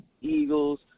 Eagles